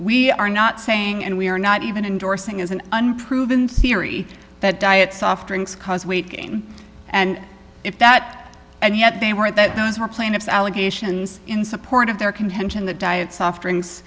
we are not saying and we are not even endorsing is an unproven theory that diet soft drinks cause weight gain and if that and yet they weren't that those were plaintiffs allegations in support of their contention that diet soft drinks